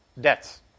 debts